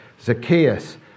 Zacchaeus